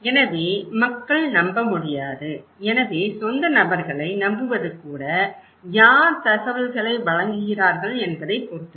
எனவே மக்கள் நம்ப முடியாது எனவே சொந்த நபர்களை நம்புவது கூட யார் தகவல்களை வழங்குகிறார்கள் என்பதைப் பொறுத்தது